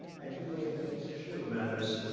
i do believe that's true, meadows.